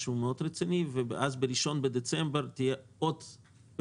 משהו רציני מאוד, ואז ב-1 בדצמבר תהיה פעימה.